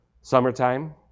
summertime